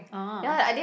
orh